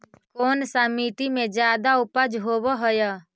कोन सा मिट्टी मे ज्यादा उपज होबहय?